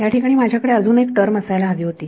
याठिकाणी माझ्याकडे अजून एक टर्म असायला हवी होती